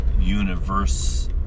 universe